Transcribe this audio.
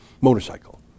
motorcycle